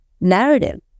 narrative